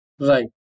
Right